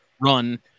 run